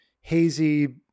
hazy